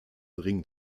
ring